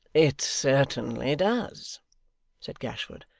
it certainly does said gashford,